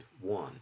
one